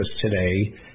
today